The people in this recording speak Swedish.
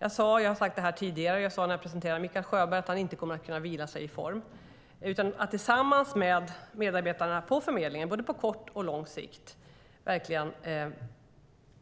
Jag sade när jag presenterade Mikael Sjöberg att han inte kan vila sig i form. Tillsammans med medarbetarna på förmedlingen ska han på både kort och lång sikt verkligen